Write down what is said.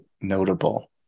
notable